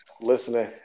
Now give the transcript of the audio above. Listening